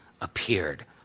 appeared